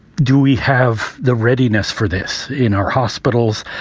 do we have the readiness for this in our hospitals.